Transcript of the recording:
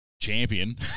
champion